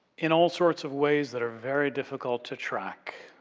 in all sorts of ways that are very difficult to track.